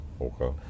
okay